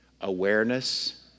awareness